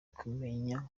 kumenya